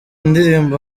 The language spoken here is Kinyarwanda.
ndirimbo